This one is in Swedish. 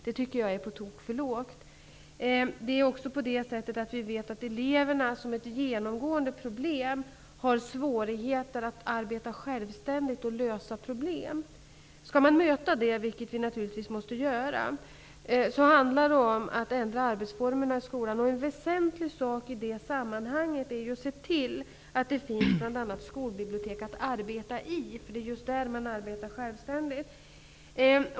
Det tycker jag är på tok för litet. Vi vet dessutom att eleverna genomgående har svårigheter att arbeta självständigt och lösa problem. Skall man möta det, vilket vi naturligtvis måste göra, handlar det om att ändra arbetsformerna i skolan. Väsentligt i det sammanhanget är att se till att det finns bl.a. skolbibliotek att arbeta i, eftersom det är just där man arbetar självständigt.